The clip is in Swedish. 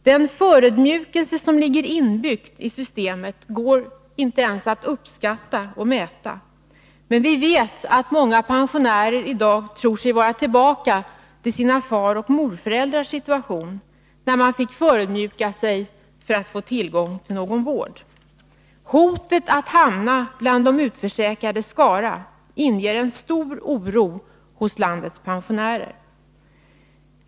Den förödmjukelse som ligger inbyggd i systemet går inte ens att uppskatta och mäta, men vi vet att många pensionärer i dag tror sig vara tillbaka till sina faroch morföräldrars situation, när man fick förödmjuka sig för att få tillgång till någon vård. Hotet att hamna bland de utförsäkrades skara inger våra pensionärer stor oro.